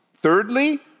Thirdly